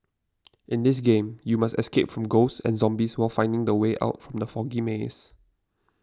in this game you must escape from ghosts and zombies while finding the way out from the foggy maze